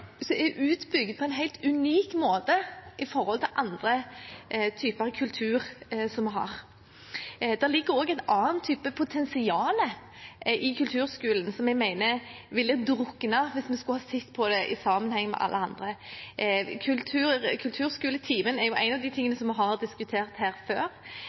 så mye ut fra resten av kulturtilbudet, ikke bare fordi den ligger under kunnskapsministerens konstitusjonelle ansvar, men også fordi det er et lavterskeltilbud som er utbygd på en helt unik måte i forhold til andre typer kultur som vi har. Det ligger også en annen type potensial i kulturskolen som jeg mener ville drukne hvis en skulle sett på det i sammenheng